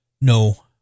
No